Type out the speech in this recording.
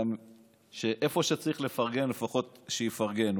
איפה שצריך לפרגן, שלפחות יפרגן.